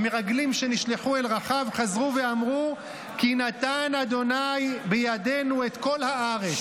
המרגלים שנשלחו אל רחב חזרו ואמרו: "כי נתן ה' בידנו את כל הארץ,